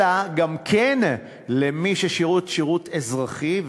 אלא גם למי ששירת שירות אזרחי,